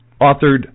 authored